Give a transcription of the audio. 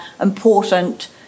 important